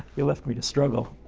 he left me to struggle.